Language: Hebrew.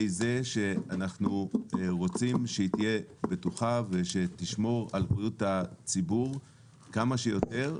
זה שאנחנו רוצים שהיא תהיה בטוחה ושתשמור על בריאות הציבור כמה שיותר,